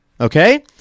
okay